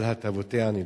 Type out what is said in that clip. על הטבותיה הנלוות.